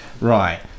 right